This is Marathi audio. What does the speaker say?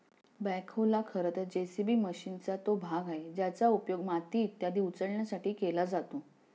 बॅखोला खरं तर जे.सी.बी मशीनचा तो भाग आहे ज्याचा उपयोग माती इत्यादी उचलण्यासाठी केला जातो